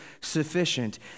sufficient